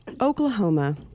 Oklahoma